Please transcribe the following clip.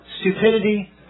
stupidity